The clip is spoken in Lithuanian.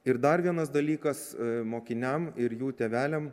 ir dar vienas dalykas mokiniam ir jų tėveliam